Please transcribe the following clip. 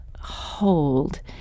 hold